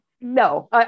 No